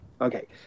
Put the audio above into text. Okay